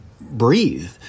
breathe